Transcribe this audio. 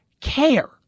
care